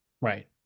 Right